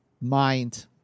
mind